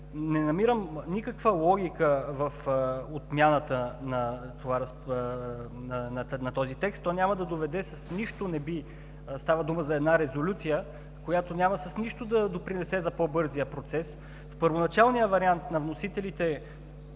Не намирам никаква логика в отмяната на този текст. Става дума за една резолюция, която няма с нищо да допринесе за по-бързия процес. В първоначалния вариант на вносителите